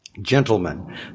Gentlemen